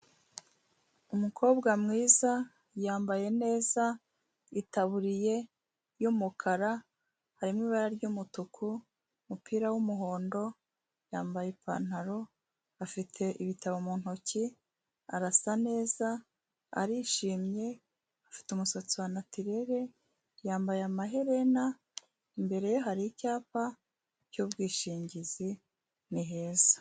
Umukobwa mwiza yambaye neza, itaburiye y'umukara, harimo ibara ry'umutuku, umupira w'umuhondo, yambaye ipantaro, afite ibitabo mu ntoki, arasa neza, arishimye, afite umusatsi wa natirere, yambaye amaherena, imbere ye hari icyapa cy'ubwishingizi, ni heza.